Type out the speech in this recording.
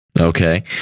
Okay